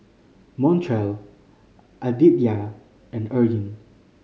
Montrell Aditya and Eryn